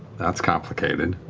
that's complicated.